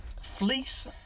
Fleece